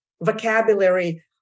vocabulary